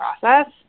process